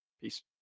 Peace